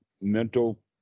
mental